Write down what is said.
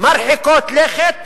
מרחיקות לכת